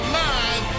mind